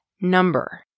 number